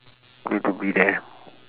we have to be there